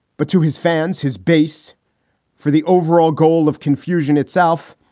but to his fans, his base for the overall goal of confusion itself,